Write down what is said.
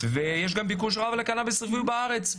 ויש גם ביקוש רב לקנאביס רפואי בארץ.